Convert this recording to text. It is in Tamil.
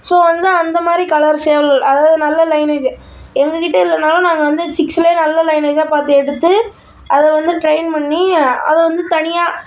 ஸோ வந்து அந்தமாதிரி கலர் சேவல் அதாவது நல்ல லைனேஜ் எங்கக்கிட்டே இல்லைன்னாலும் நாங்கள் வந்து சிக்ஸ்லேயே நல்ல லைனேஜாக பார்த்து எடுத்து அதை வந்து ட்ரைன் பண்ணி அதை வந்து தனியாக